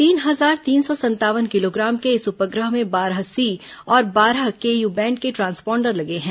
तीन हजार तीन सौ संतावन किलोग्राम के इस उपग्रह में बारह सी और बारह केयू बैंड के ट्रांसपोंडर लगे हैं